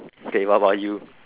okay what about you